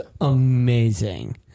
amazing